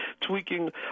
tweaking